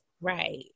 Right